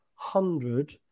hundred